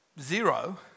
zero